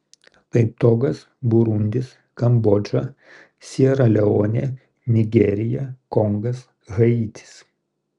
tai togas burundis kambodža siera leonė nigerija kongas haitis